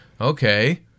okay